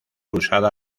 usada